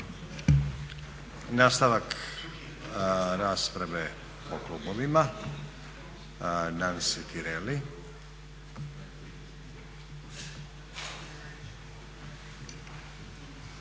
Nastavak rasprave po klubovima. Nansi Tireli.